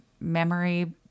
memory